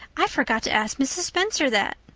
i forgot to ask mrs. spencer that.